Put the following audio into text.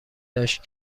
داشت